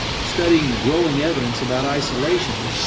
studying the growing evidence about isolation,